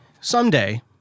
someday